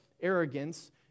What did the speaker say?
arrogance